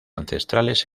ancestrales